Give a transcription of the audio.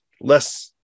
less